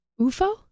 UFO